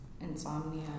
insomnia